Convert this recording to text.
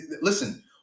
listen